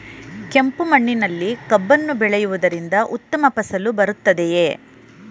ಕೆಂಪು ಮಣ್ಣಿನಲ್ಲಿ ಕಬ್ಬನ್ನು ಬೆಳೆಯವುದರಿಂದ ಉತ್ತಮ ಫಸಲು ಬರುತ್ತದೆಯೇ?